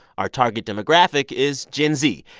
our target demographic is gen z,